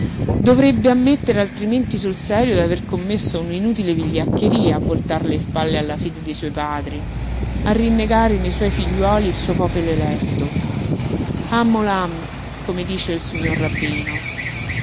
dovrebbe ammettere altrimenti sul serio d'aver commesso un'inutile vigliaccheria a voltar le spalle alla fede dei suoi padri a rinnegare nei suoi figliuoli il suo popolo eletto am olam come dice il signor rabbino